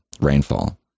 rainfall